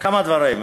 כמה דברים.